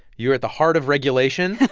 you're at the heart of regulation